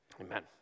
Amen